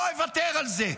לא אוותר על זה,